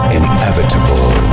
inevitable